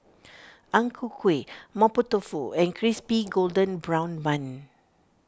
Ang Ku Kueh Mapo Tofu and Crispy Golden Brown Bun